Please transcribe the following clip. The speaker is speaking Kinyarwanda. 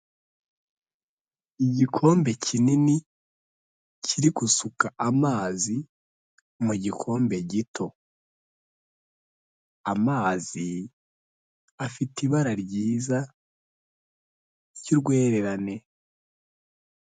Igikombe kinini kiri gusuka amazi mu gikombe gito amazi afite ibara ryiza ry'urwererane.